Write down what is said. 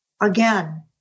again